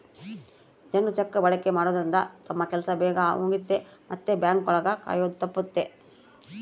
ಜನ್ರು ಚೆಕ್ ಬಳಕೆ ಮಾಡೋದ್ರಿಂದ ತಮ್ ಕೆಲ್ಸ ಬೇಗ್ ಮುಗಿಯುತ್ತೆ ಮತ್ತೆ ಬ್ಯಾಂಕ್ ಒಳಗ ಕಾಯೋದು ತಪ್ಪುತ್ತೆ